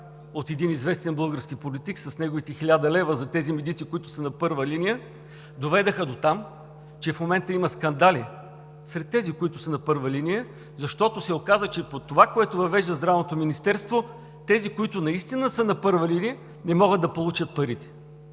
от един известен български политик с неговите хиляда лева за тези медици, които са на първа линия, доведоха дотам, че в момента има скандали сред тези, които са на първа линия, защото се оказа, че под това, което въвежда Здравното министерство, тези, които наистина са на първа линия, не могат да получат парите,